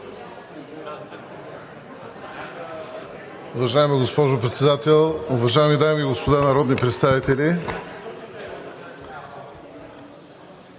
Уважаема госпожо Председател, уважаеми дами и господа народни представители!